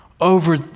over